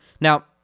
Now